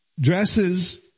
dresses